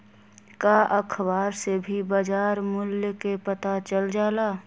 का अखबार से भी बजार मूल्य के पता चल जाला?